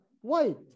White